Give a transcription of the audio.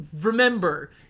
remember